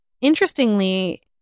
interestingly